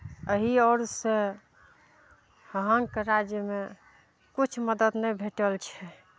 अही ओर से अहाँके राज्यमे किछु मदद नहि भेटल छै